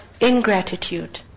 ingratitude